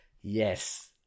yes